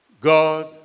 God